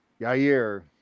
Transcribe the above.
Yair